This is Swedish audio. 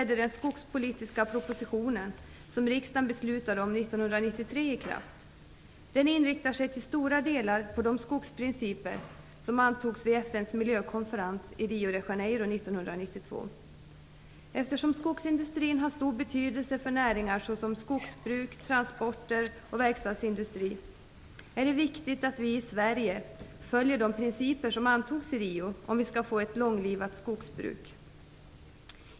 Den inriktar sig till stora delar på de skogsprinciper som antogs på FN:s miljökonferens i Rio de Janeiro Eftersom skogsindustrin har stor betydelse för näringar som skogsbruk, transporter och verkstadsindustri är det viktigt att vi i Sverige följer de principer som antogs i Rio för att vi skall få ett långlivat skogsbruk.